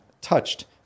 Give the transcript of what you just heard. touched